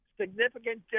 significant